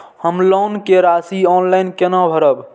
हम लोन के राशि ऑनलाइन केना भरब?